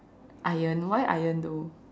iron why iron though